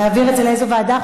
נעביר את זה לאיזו ועדה?